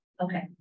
Okay